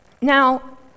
Now